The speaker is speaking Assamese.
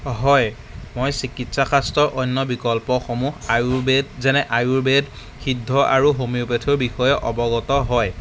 হয় মই চিকিৎসাশাস্ত্ৰৰ অন্য বিকল্পসমূহ আয়ুৰ্বেদ যেনে আয়ুৰ্বেদ সিদ্ধ আৰু হোমিওপেথিৰ বিষয়েও অৱগত হয়